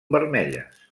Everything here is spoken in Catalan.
vermelles